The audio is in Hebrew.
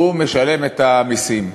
הוא משלם את המסים.